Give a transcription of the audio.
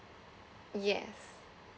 yes